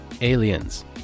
aliens